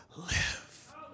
live